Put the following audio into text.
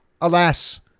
alas